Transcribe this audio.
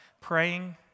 Praying